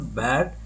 bad